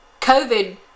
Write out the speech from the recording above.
COVID